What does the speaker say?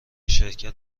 شرکت